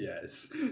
Yes